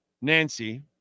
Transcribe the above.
Nancy